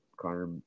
Connor